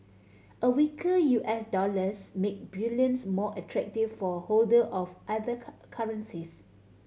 a weaker U S dollars make bullions more attractive for holder of other currencies